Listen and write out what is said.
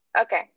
Okay